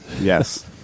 Yes